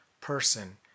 person